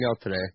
today